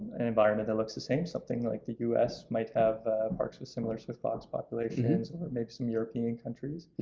and environment that looks the same, something like the us might have parks with similar swift fox populations, maybe some european countries,